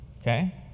Okay